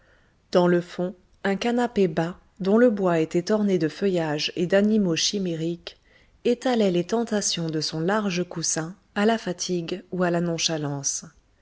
dans le fond un canapé bas dont le bois était orné de feuillages et d'animaux chimériques étalait les tentations de son large coussin à la fatigue ou à la nonchalance